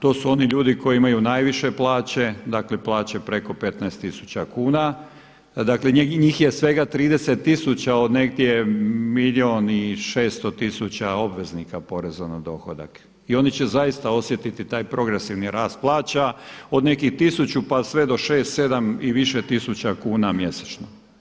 To su oni ljudi koji imaju najviše plaće, dakle plaće preko 15 tisuća kuna, njih je svega 30 tisuća od negdje milijun 600 tisuća obveznika poreza na dohodak i oni će zaista osjetiti taj progresivni rast plaća od nekih tisuću pa sve do šest, sedam i više tisuća kuna mjesečno.